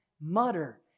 mutter